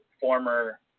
former